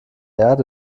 erde